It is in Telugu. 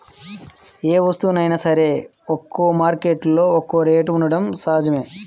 ఏ వస్తువైనా సరే ఒక్కో మార్కెట్టులో ఒక్కో రేటు ఉండటం సహజమే